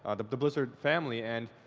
ah the blizzard family. and